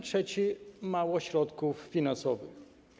Trzeci - mało środków finansowych.